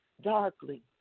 darkly